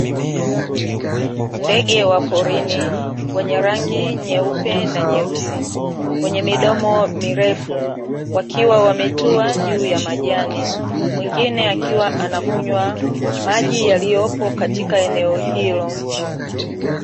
Ndege wa porini wenye rangi nyeupe na nyeusi wenye midomo mirefu, wakiwa wametua juu ya majani mwingine akiwa anakunywa maji yaliyopo katika eneo hilo.